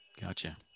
Gotcha